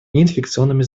неинфекционными